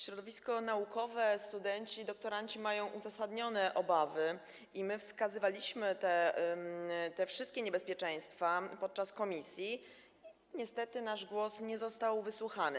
Środowisko naukowe, studenci, doktoranci mają uzasadnione obawy i my wskazywaliśmy te wszystkie niebezpieczeństwa podczas posiedzenia komisji, niestety nasz głos nie został wysłuchany.